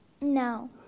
No